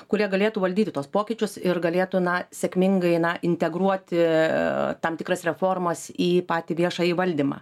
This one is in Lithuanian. kurie galėtų valdyti tuos pokyčius ir galėtų na sėkmingai integruoti tam tikras reformas į patį viešąjį valdymą